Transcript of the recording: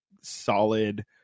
solid